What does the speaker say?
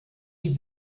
die